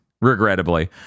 regrettably